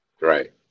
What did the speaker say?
Right